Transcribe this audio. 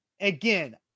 Again